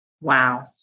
Wow